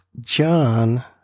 John